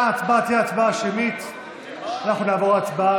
חברי הכנסת, אפשר להביע עמדות גם בלי כל ההצגות.